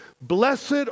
Blessed